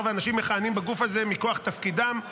מאחר שאנשים מכהנים בגוף הזה מכוח תפקידם,